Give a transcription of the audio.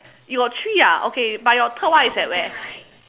you got three ah okay but your third one is at where